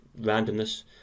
randomness